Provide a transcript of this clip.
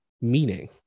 meaning